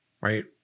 right